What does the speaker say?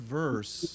verse